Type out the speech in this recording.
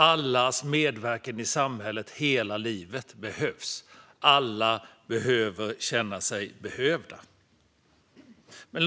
Allas medverkan i samhället hela livet behövs. Alla behöver känna sig behövda. Fru talman!